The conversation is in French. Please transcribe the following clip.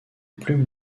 plumes